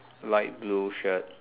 light blue shirt